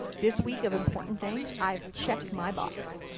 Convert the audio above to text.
this week of important things. i've checked my box.